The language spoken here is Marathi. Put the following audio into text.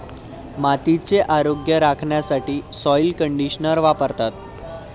मातीचे आरोग्य राखण्यासाठी सॉइल कंडिशनर वापरतात